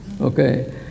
okay